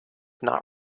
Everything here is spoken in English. not